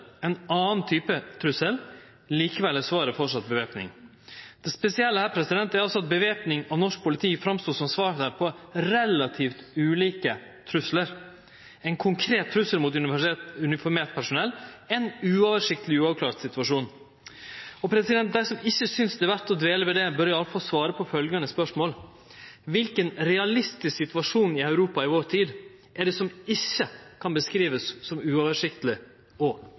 ein annan type trussel – likevel er svaret framleis væpning. Det spesielle er at væpning av norsk politi står fram som svaret på relativt ulike truslar – ein konkret trussel mot uniformert personell, ein uoversiktleg og uavklart situasjon. Dei som ikkje synest det er verd å dvele ved det, bør i alle fall svare på følgjande spørsmål: Kva for ein realistisk situasjon i Europa i vår tid er det som ikkje kan beskrivast som uoversiktleg og